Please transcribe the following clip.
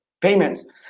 payments